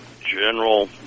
general